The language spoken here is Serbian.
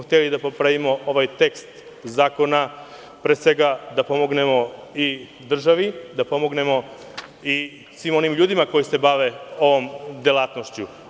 Hteli smo da popravimo ovaj tekst zakona, pre svega, da pomognemo i državi, da pomognemo i svim ljudima koji se bave ovom delatnošću.